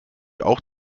auch